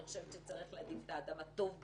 אני חושבת שצריך להביא את האדם הטוב ביותר,